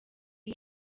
iyo